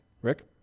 Rick